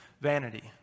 Vanity